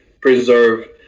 preserve